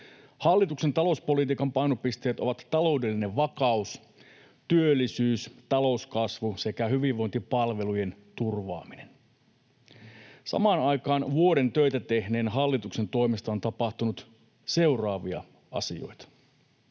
”Hallituksen talouspolitiikan painopisteet ovat taloudellinen vakaus, työllisyys, talouskasvu sekä hyvinvointipalvelujen turvaaminen.” Samaan aikaan vuoden töitä tehneen hallituksen toimesta on tapahtunut seuraavia asioita: